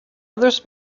others